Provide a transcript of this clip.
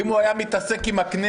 אם הוא היה מתעסק עם הכנסת